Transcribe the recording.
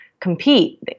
compete